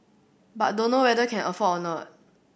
but dunno whether can afford or not